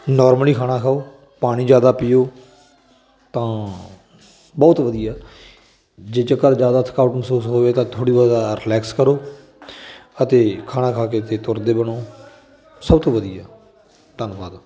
normally ਖਾਣਾ ਖਾਓ ਪਾਣੀ ਜ਼ਿਆਦਾ ਪੀਓ ਤਾਂ ਬਹੁਤ ਵਧੀਆ ਜੇ ਜੇਕਰ ਜ਼ਿਆਦਾ ਥਕਾਵਟ ਮਹਿਸੂਸ ਹੋਵੇ ਤਾਂ ਥੋੜ੍ਹੀ ਬਹੁਤਾ ਰਿਲੈਕਸ ਕਰੋ ਅਤੇ ਖਾਣਾ ਖਾ ਕੇ ਅਤੇ ਤੁਰਦੇ ਬਣੋ ਸਭ ਤੋਂ ਵਧੀਆ ਧੰਨਵਾਦ